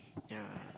yeah